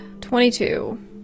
Twenty-two